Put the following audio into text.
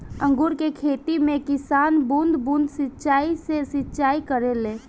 अंगूर के खेती में किसान बूंद बूंद सिंचाई से सिंचाई करेले